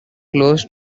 closed